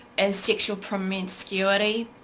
and sexual promiscuity.